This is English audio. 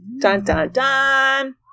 Dun-dun-dun